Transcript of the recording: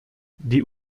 die